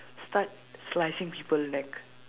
start slicing people like